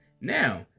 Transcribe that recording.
Now